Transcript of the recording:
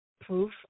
proof